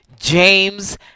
James